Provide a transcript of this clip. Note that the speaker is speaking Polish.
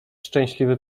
szczęśliwy